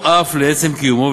או אף לעצם קיומו,